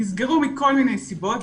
נסגרו מכל מיני סיבות,